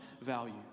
value